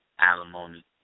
alimony